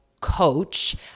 coach